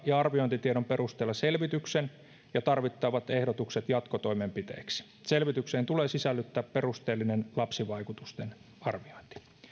ja arviointitiedon perusteella selvityksen ja tarvittaessa ehdotukset jatkotoimenpiteiksi selvitykseen tulee sisällyttää perusteellinen lapsivaikutusten arviointi